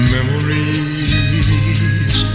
Memories